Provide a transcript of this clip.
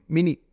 Mini